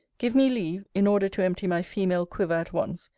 give me leave, in order to empty my female quiver at once,